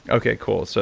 okay. cool, so